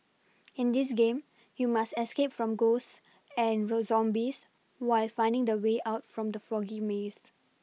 in this game you must escape from ghosts and the zombies while finding the way out from the foggy maze